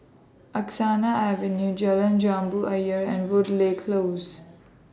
Angsana Avenue Jalan Jambu Ayer and Woodleigh Close